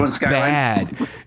bad